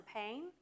pain